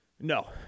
No